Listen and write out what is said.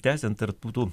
tęsiant ar tų tų